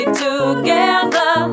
together